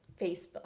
Facebook